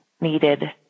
needed